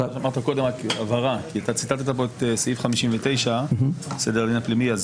רק הבהרה כי אתה ציטטת פה את סעיף 59 לסדר הדין הפלילי,